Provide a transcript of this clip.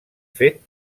fet